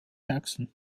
jackson